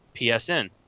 PSN